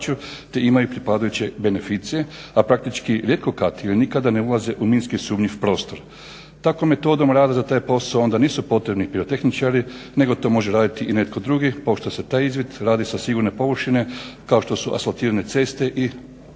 te imaju pripadajuće beneficije, a praktički rijetko kad ili nikada ne ulaze u minski sumnjiv prostor. Takvom metodom rada za taj posao onda nisu potrebni pirotehničari nego to može raditi i netko drugi, … taj izvid radi se o sigurne površine kao što su asfaltirane ceste i